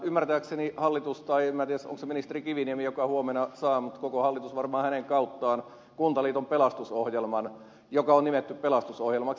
ymmärtääkseni hallitus saa tai en tiedä onko se ministeri kiviniemi joka huomenna saa mutta koko hallitus varmaan hänen kauttaan kuntaliiton pelastusohjelman joka on nimetty pelastusohjelmaksi